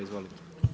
Izvolite.